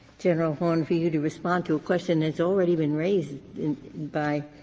general horne, for you to respond to a question that's already been raised in by